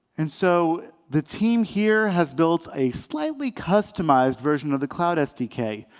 and so the team here has built a slightly customized version of the cloud sdk,